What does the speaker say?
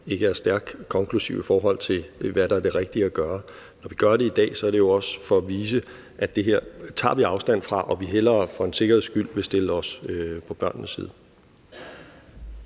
ikke er stærkt konklusiv, i forhold til hvad der er det rigtige at gøre. Når vi gør det i dag, er det jo også for at vise, at det her tager vi afstand fra, og at vi hellere for en sikkerheds skyld vil stille os på børnenes side.